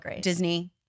Disney